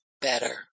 better